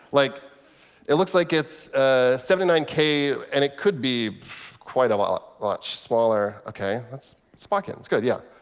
like it looks like it's ah seventy nine k. and it could be quite a lot much smaller. ok, that's spa kittens. good, yeah.